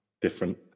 Different